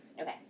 Okay